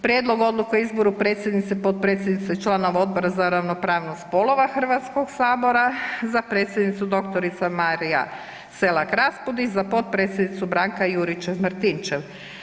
Prijedlog odluke o izboru predsjednice, potpredsjednice, članove Odbora za ravnopravnost spolova HS-a, za predsjednicu dr. Marija Selak-Raspudić, za potpredsjednicu Branka Juričev-Martinčev.